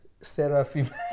Seraphim